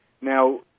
Now